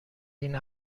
این